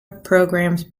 programs